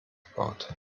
gebaut